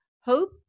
Hope